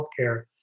healthcare